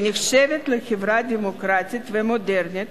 שנחשבת לחברה דמוקרטית ומודרנית,